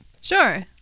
Sure